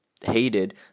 hated